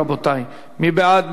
רבותי, מי בעד?